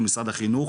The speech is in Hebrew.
משרד החינוך